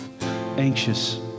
anxious